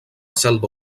selva